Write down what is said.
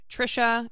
Trisha